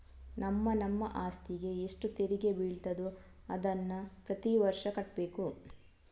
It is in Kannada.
ನಮ್ಮ ನಮ್ಮ ಅಸ್ತಿಗೆ ಎಷ್ಟು ತೆರಿಗೆ ಬೀಳ್ತದೋ ಅದನ್ನ ಪ್ರತೀ ವರ್ಷ ಕಟ್ಬೇಕು